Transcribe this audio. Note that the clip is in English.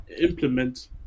implement